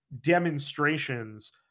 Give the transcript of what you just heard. demonstrations